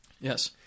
Yes